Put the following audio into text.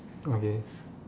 okay